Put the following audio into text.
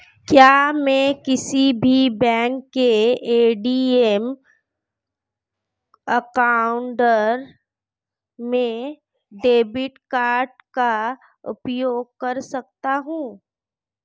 क्या मैं किसी भी बैंक के ए.टी.एम काउंटर में डेबिट कार्ड का उपयोग कर सकता हूं?